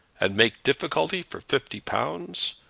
and make difficulty for fifty pounds!